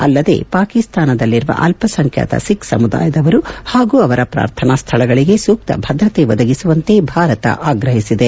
ಅಲ್ಲದೆ ಪಾಕಿಸ್ತಾನದಲ್ಲಿರುವ ಅಲ್ಲಸಂಖ್ಯಾತ ಸಿಖ್ ಸಮುದಾಯದವರು ಹಾಗೂ ಅವರ ಪ್ರಾರ್ಥನಾ ಸ್ವಳಗಳಿಗೆ ಸೂಕ್ತ ಭದ್ರತೆ ಒದಗಿಸುವಂತೆ ಭಾರತ ಆಗ್ರಹಿಸಿದೆ